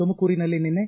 ತುಮಕೂರಿನಲ್ಲಿ ನಿನ್ನೆ